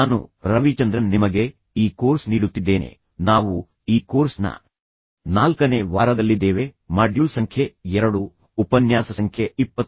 ನಾನು ರವಿಚಂದ್ರನ್ ನಿಮಗೆ ಈ ಕೋರ್ಸ್ ನೀಡುತ್ತಿದ್ದೇನೆ ನಾವು ಈ ಕೋರ್ಸ್ನ ನಾಲ್ಕನೇ ವಾರದಲ್ಲಿದ್ದೇವೆ ಮಾಡ್ಯೂಲ್ ಸಂಖ್ಯೆ 2 ಉಪನ್ಯಾಸ ಸಂಖ್ಯೆ 20